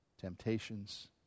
temptations